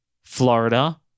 Florida